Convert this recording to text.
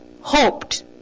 hoped